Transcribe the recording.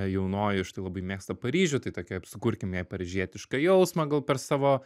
jaunoji štai labai mėgsta paryžių tai tokia sukurkim jai paryžietišką jausmą gal per savo